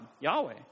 Yahweh